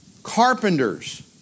Carpenters